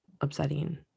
upsetting